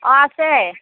অ' আছে